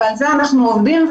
ועל זה אנחנו עובדים.